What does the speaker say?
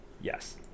yes